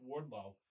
Wardlow